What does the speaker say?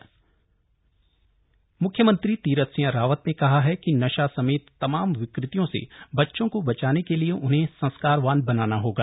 कार्यशाला सीएम म्ख्यमंत्री तीरथ सिंह रावत ने कहा है कि नशा समेत तमाम विकृतियों से बच्चों को बचाने के लिए उन्हें संस्कारवान बनाना होगा